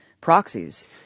proxies